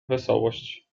wesołość